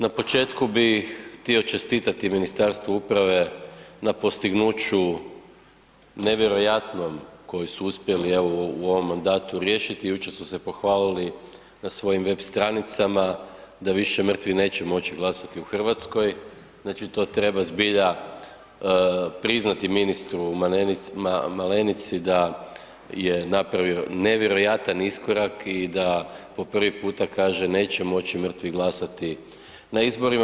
Na početku bi htio čestitati Ministarstvu uprave na postignuću nevjerojatnom koji su uspjeli evo u ovom mandatu riješiti, jučer su se pohvalili na svojim web stranicama da više mrtvi neće moći glasati u Hrvatskoj, znači to treba zbilja priznati ministru Malenici da je napravio nevjerojatan iskorak i da po prvi puta kaže neće moći mrtvi glasati na izborima.